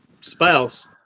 spouse